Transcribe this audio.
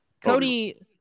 Cody